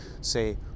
say